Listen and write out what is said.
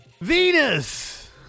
Venus